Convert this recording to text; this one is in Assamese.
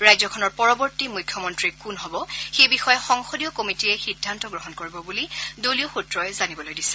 ৰাজ্যখনৰ পৰৱৰ্তী মুখ্যমন্ত্ৰী কোন হ'ব সেই বিষয়ে সংসদীয় কমিটিয়ে সিদ্ধান্ত গ্ৰহণ কৰিব বুলি দলীয় সত্ৰই জানিবলৈ দিছে